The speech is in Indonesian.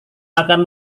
akan